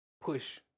push